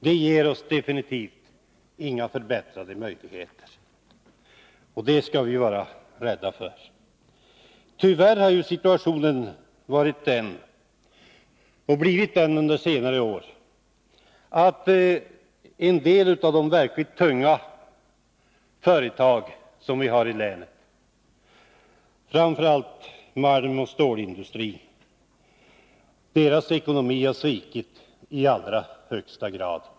Det ger oss definitivt inga förbättrade möjligheter, och det skall vi vara rädda för. Tyvärr har ju situationen blivit den under senare år när det gäller en del av de verkligt tunga företag som vi har i länet, framför allt inom malmoch stålindustri, att deras ekonomi har svikit i allra högsta grad.